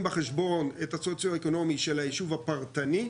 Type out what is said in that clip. בחשבון את הסוציואקונומי של הישוב הפרטני,